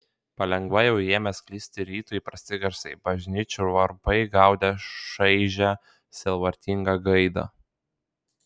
palengva jau ėmė sklisti rytui įprasti garsai bažnyčių varpai gaudė šaižia sielvartinga gaida